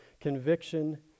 conviction